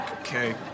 Okay